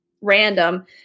random